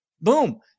Boom